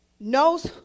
knows